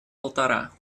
полтора